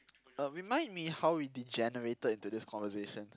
uh remind me how we degenerated into this conversation